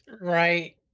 right